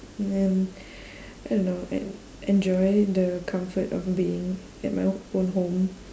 then I don't know en~ enjoy the comfort of being at my o~ own home